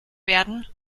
werden